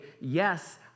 Yes